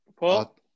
Paul